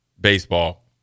baseball